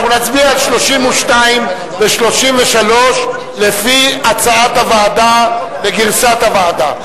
אנחנו נצביע על 32 ו-33 לפי הצעת הוועדה וגרסת הוועדה.